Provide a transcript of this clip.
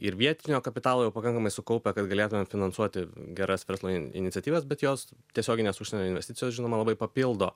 ir vietinio kapitalo jau pakankamai sukaupę kad galėtume finansuoti geras verslo iniciatyvas bet jos tiesioginės užsienio investicijos žinoma labai papildo